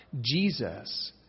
Jesus